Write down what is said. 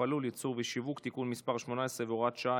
הלול (ייצור ושיווק) (תיקון מס' 18 והוראת שעה),